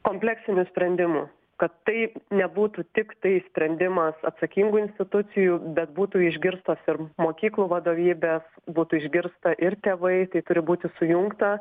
kompleksinių sprendimų kad tai nebūtų tiktai sprendimas atsakingų institucijų bet būtų išgirstos ir mokyklų vadovybės būtų išgirsta ir tėvai tai turi būti sujungta